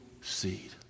seed